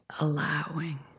allowing